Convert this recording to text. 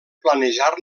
planejar